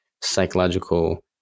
psychological